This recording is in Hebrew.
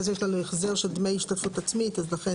זה יש לנו החזר של דמי השתתפות עצמית לכן